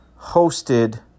hosted